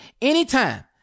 anytime